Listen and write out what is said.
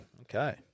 Okay